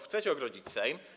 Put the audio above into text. Chcecie ogrodzić Sejm.